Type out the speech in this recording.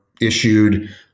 issued